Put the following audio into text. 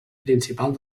principal